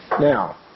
Now